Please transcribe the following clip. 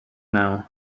now